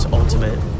ultimate